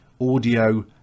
audio